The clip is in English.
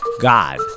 God